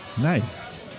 Nice